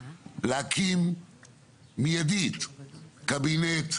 להקים מיידית קבינט,